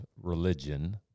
religion